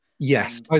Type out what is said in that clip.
Yes